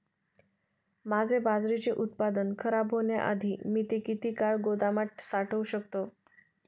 माझे बाजरीचे उत्पादन खराब होण्याआधी मी ते किती काळ गोदामात साठवू शकतो?